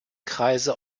kreise